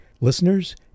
listeners